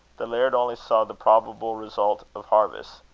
the laird only saw the probable results of harvest,